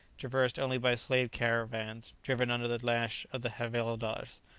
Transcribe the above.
traversed only by slave caravans, driven under the lash of the havildars.